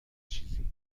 چیزی